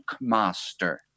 master